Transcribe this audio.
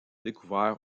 découverts